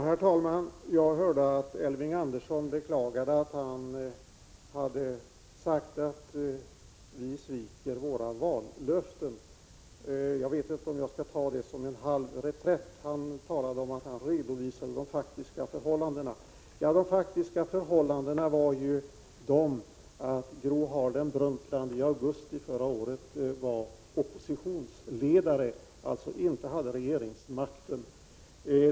Herr talman! Jag hörde att Elving Andersson beklagade att han sagt att vi socialdemokrater sviker våra vallöften. Jag vet inte om jag skall tolka det som en halv reträtt. Han sade att han redovisade de faktiska förhållandena. De faktiska förhållandena var ju att Gro Harlem Brundtland i augusti förra året var oppositionsledare och alltså inte hade regeringsmakten.